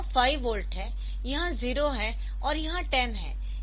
यह 5 वोल्ट है यह 0 है और यह 10 है